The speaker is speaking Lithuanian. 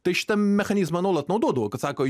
tai šitą mechanizmą nuolat naudodavo kad sako